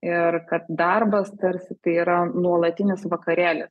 ir kad darbas tarsi tai yra nuolatinis vakarėli